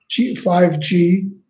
5G